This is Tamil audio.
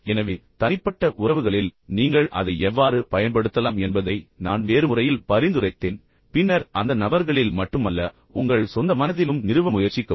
எனவே தனிப்பட்ட உறவுகளில் நீங்கள் அதை எவ்வாறு பயன்படுத்தலாம் என்பதை நான் வேறு முறையில் பரிந்துரைத்தேன் பின்னர் அந்த நபர்களில் மட்டுமல்ல உங்கள் சொந்த மனதிலும் நிறுவ முயற்சிக்கவும்